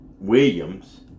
Williams